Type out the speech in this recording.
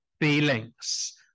feelings